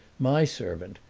my servant,